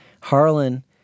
Harlan